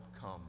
come